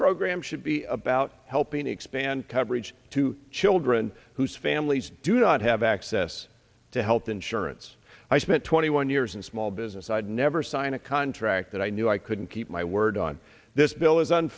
program should be about helping expand coverage to children whose families do not have access to health insurance i spent twenty one years in small business i'd never sign a contract that i knew i couldn't keep my word on this bill is